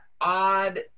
odd